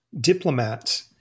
diplomats